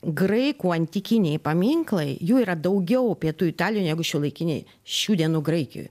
graikų antikiniai paminklai jų yra daugiau pietų italijoj negu šiuolaikinėj šių dienų graikijoj